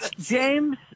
James